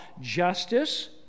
justice